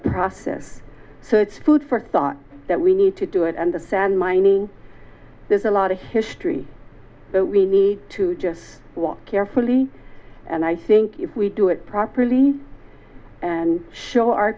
process so it's food for thought that we need to do it and the sand mining there's a lot of history that we need to just walk carefully and i think if we do it properly and show